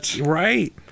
right